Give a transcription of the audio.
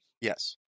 Yes